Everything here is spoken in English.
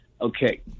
Okay